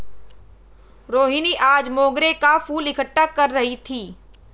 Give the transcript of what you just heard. रोहिनी आज मोंगरे का फूल इकट्ठा कर रही थी